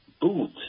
Boot